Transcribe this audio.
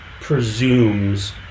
presumes